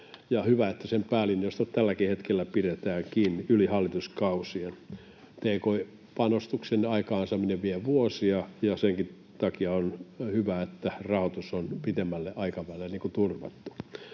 hyvä, että sen päälinjoista tälläkin hetkellä pidetään kiinni yli hallituskausien. Tki-panostuksen aikaansaaminen vie vuosia, ja senkin takia on hyvä, että rahoitus on pitemmälle aikavälille turvattu.